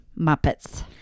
Muppets